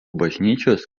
bažnyčios